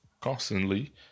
constantly